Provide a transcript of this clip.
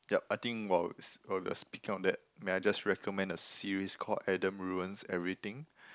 yup I think while it's while we're speaking on that may I just recommend a series called Adam Ruins Everything